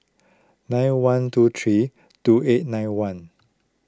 nine one two three two eight nine one